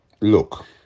look